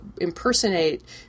impersonate